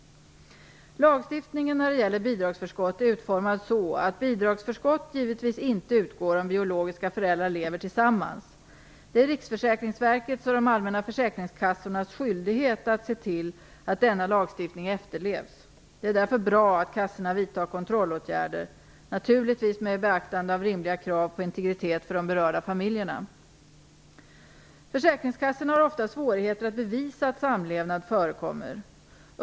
Lagstiftningen när det gäller bidragsförskott är utformad så att bidragsförskott givetvis inte utgår om biologiska föräldrar lever tillsammans. Det är Riksförsäkringsverkets och de allmänna försäkringskassornas skyldighet att se till att denna lagstiftning efterlevs. Det är därför bra att kassorna vidtar kontrollåtgärder, naturligtvis med beaktande av rimliga krav på integritet för de berörda familjerna. Försäkringskassorna har ofta svårigheter att bevisa att samlevnad förekommer.